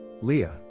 Leah